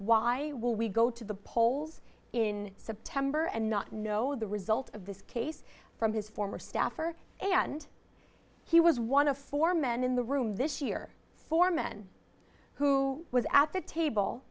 why will we go to the polls in september and not know the result of this case from his former staffer and he was one of four men in the room this year for men who was at the table